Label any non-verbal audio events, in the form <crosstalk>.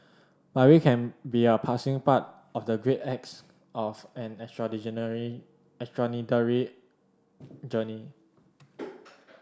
but we can be a passing part of the great acts of an <unintelligible> extraordinary journey <noise>